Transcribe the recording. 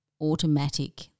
automatic